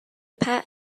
pat